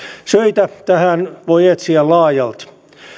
syitä tähän voi etsiä laajalti